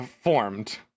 formed